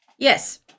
Yes